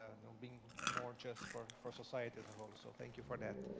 and um being more just for for society as a whole. so thank you for that.